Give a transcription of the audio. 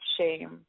shame